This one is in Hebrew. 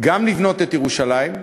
גם לבנות את ירושלים,